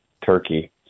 turkey